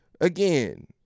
again